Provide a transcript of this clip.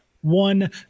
one